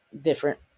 different